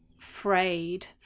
frayed